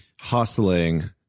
hustling